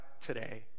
today